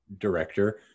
director